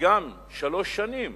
שגם שלוש שנים